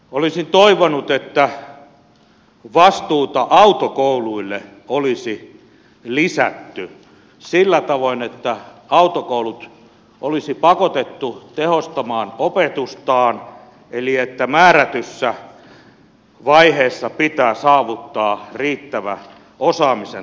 olisin toivonut että vastuuta autokouluille olisi lisätty sillä tavoin että autokoulut olisi pakotettu tehostamaan opetustaan eli että määrätyssä vaiheessa pitää saavuttaa riittävä osaamisen taso